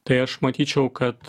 tai aš matyčiau kad